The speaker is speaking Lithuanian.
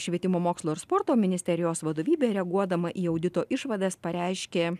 švietimo mokslo ir sporto ministerijos vadovybė reaguodama į audito išvadas pareiškė